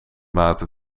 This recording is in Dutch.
water